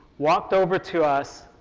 walked over to us,